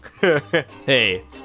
Hey